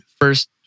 first